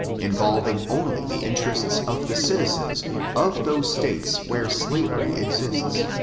involving only the interests of the citizens of those states where slavery exists.